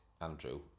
Andrew